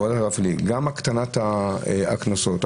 גם הקטנת הקנסות.